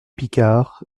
picard